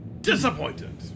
Disappointed